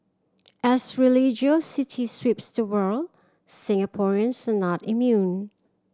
as religiosity sweeps the world Singaporeans not immune